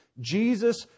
Jesus